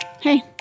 Hey